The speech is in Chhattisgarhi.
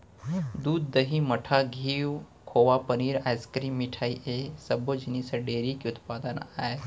दूद, दही, मठा, घींव, खोवा, पनीर, आइसकिरिम, मिठई ए सब्बो जिनिस ह डेयरी के उत्पादन आय